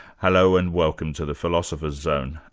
hello, and welcome to the philosopher's zone.